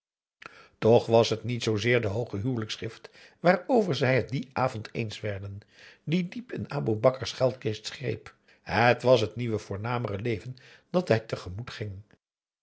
toch was het niet zoozeer de hooge huwelijksgift waarover zij het dien avond eens werden die diep in aboe bakar's geldkist greep het was t nieuwe voornamere leven dat hij tegemoet ging